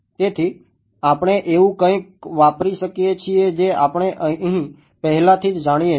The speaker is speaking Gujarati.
તેથી આપણે એવું કંઈક વાપરી શકીએ છીએ જે આપણે અહીં પહેલાથી જાણીએ છીએ